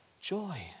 joy